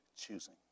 choosing